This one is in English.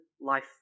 life